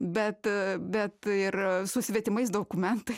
bet a bet ir a su svetimais dokumentais